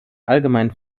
allgemein